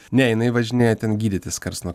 ne jinai važinėja ten gydytis karts nuo